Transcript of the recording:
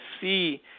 see